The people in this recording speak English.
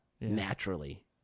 naturally